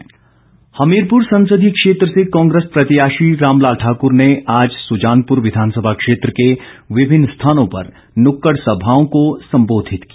रामलाल ठाक्र हमीरपुर संसदीय क्षेत्र से कांग्रेस प्रत्याशी रामलाल ठाकुर ने आज सुजानपुर विधानसभा क्षेत्र के विभिन्न स्थानो पर नुक्कड़ सभाओं को संबोधित किया